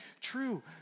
true